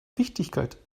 wichtigkeit